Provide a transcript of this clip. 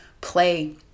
play